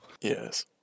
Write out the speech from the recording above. Yes